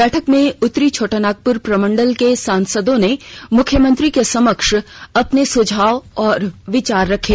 बैठक में उतरी छोटानागपुर प्रमंडल के सांसदों ने मुख्यमंत्री के समक्ष अपने सुझाव और विचार रखे